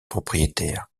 propriétaire